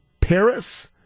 Paris